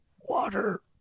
Water